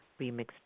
Remix